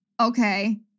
okay